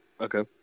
Okay